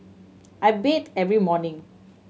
I bathe every morning